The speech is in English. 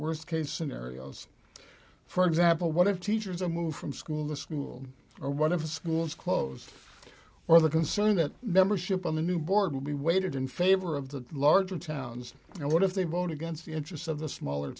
worst case scenarios for example what if teachers are moved from school to school or one of the schools closed or the concern that membership on the new board will be weighted in favor of the larger towns and what if they vote against the interests of the smaller